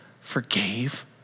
forgave